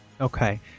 okay